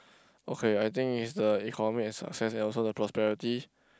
okay I think is the economic and success and also the prosperity